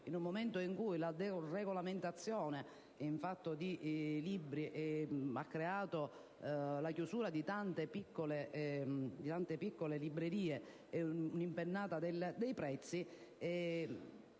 in un momento in cui la deregolamentazione in materia di libri ha determinato la chiusura di tante piccole librerie e un'impennata dei prezzi,